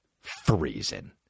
freezing